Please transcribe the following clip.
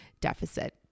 deficit